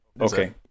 okay